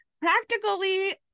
practically